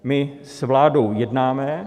My s vládou jednáme.